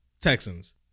Texans